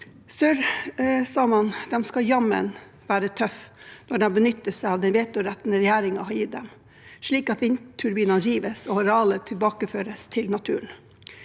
Sørsamene skal jammen være tøffe om de benytter seg av den vetoretten regjeringen har gitt dem – slik at vindturbinene rives og arealet tilbakeføres til naturen.